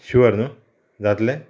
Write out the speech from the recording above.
शिवर न्हू जातलें